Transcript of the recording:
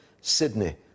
Sydney